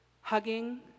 hugging